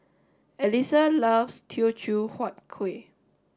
Elisa loves Teochew Huat Kueh